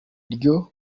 ryo